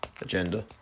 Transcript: agenda